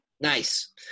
Nice